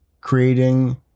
creating